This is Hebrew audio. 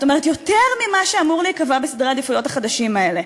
זאת אומרת יותר ממה שאמור להיקבע בסדרי העדיפויות החדשים האלה.